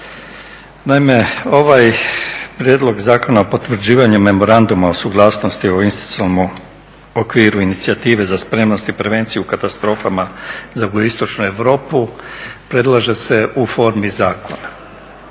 naime, ovaj prijedlog zakona o potvrđivanju memoranduma o suglasnosti o institucionalnom okviru inicijative za spremnost i prevenciju u katastrofama za jugoistočnu Europu predlaže se u formi zakona.